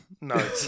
No